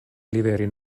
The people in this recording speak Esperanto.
liveri